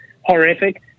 horrific